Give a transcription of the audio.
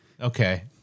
Okay